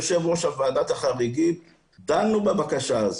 יושב ראש וועדת החריגים דנו בבקשה הזאת.